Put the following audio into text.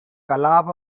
கலாப